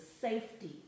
safety